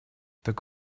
так